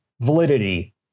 validity